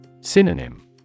Synonym